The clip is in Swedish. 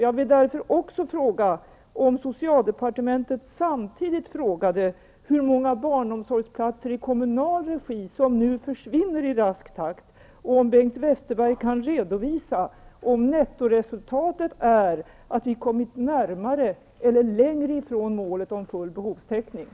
Jag frågar därför om socialdepartementet samtidigt frågade hur många barnomsorgsplatser i kommunal regi som nu försvinner i rask takt. Kan Bengt Westerberg redovisa om nettoresultatet är att vi har kommit närmare målet om full behovstäckning, eller har vi kommit längre från målet?